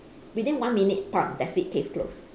within one minute part that's it case closed